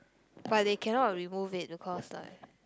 but they cannot remove it because like